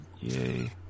Yay